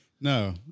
No